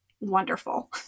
wonderful